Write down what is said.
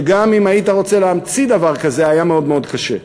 שגם אם היית רוצה להמציא דבר כזה היה מאוד קשה.